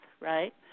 right